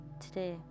today